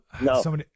No